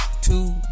Two